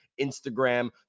Instagram